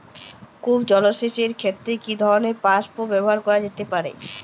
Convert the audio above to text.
কূপ জলসেচ এর ক্ষেত্রে কি ধরনের পাম্প ব্যবহার করা যেতে পারে?